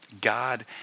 God